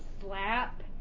slap